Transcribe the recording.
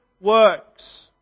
works